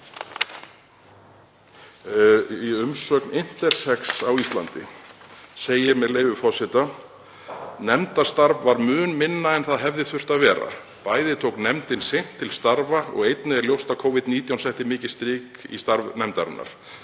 Í umsögn Intersex Íslands segir, með leyfi forseta: „Nefndarstarf var mun minna en það hefði þurft að vera. Bæði tók nefndin seint til starfa og einnig er ljóst að Covid-19 setti mikið strik í starf nefndarinnar.